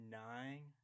nine